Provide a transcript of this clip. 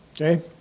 Okay